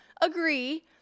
agree